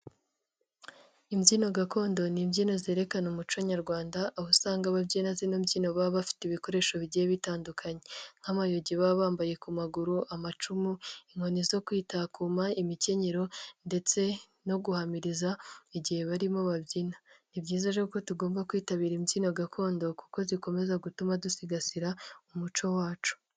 Imbyino gakondo ni imbyino zerekana umuco nyarwanda aho usanga ababyinnyi b'imbyino baba bafite ibikoresho bigiye bitandukanye nk'amayugi baba bambaye ku maguru, amacumu, inkoni zo kwitakoma, imikenyero ndetse no guhamiriza igihe barimo babyina, ni byiza rero ko tugomba kwitabira imbyino gakondo kuko zikomeza gutuma dusigasira umuco wacu.